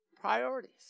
priorities